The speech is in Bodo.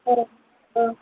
औ औ